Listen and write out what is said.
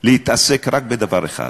להתעסק רק בדבר אחד,